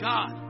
God